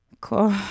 Cool